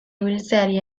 ibiltzeari